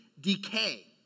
decay